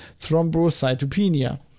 thrombocytopenia